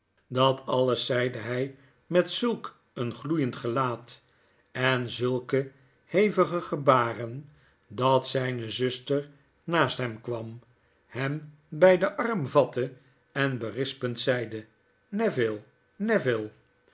dat alles zeide hij met zulk een gloeiend gelaat en zulke hevige gebaren dat zyne zuster naast hem kwam hem bij den arm vatte en berispend zeide neville